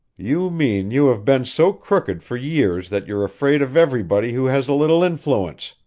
you mean you have been so crooked for years that you're afraid of everybody who has a little influence,